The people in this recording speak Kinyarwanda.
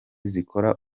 zikora